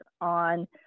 on